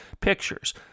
pictures